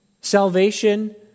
Salvation